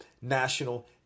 National